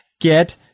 get